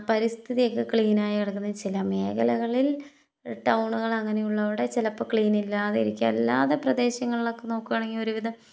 പരിസ്ഥിതിയൊക്കെ clean ആയി കിടക്കുന്ന ചില മേഖലകളില് ടൗണുകളിൽ അങ്ങനെയുള്ള അവിടെ ചിലപ്പോൾ ക്ലീന് ഇല്ലാതെ ഇരിക്കുക അല്ലാതെ പ്രദേശങ്ങളിലൊക്കെ നോക്കുകയാണെങ്കിൽ ഒരുവിധം